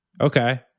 Okay